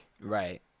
right